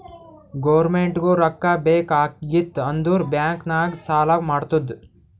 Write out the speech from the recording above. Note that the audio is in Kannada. ಗೌರ್ಮೆಂಟ್ಗೂ ರೊಕ್ಕಾ ಬೇಕ್ ಆಗಿತ್ತ್ ಅಂದುರ್ ಬ್ಯಾಂಕ್ ನಾಗ್ ಸಾಲಾ ಮಾಡ್ತುದ್